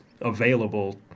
available